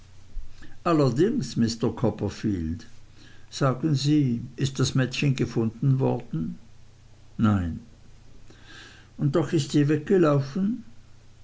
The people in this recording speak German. allerdings mr copperfield sagen sie ist das mädchen gefunden worden nein und doch ist sie weggelaufen